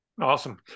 Awesome